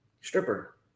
Stripper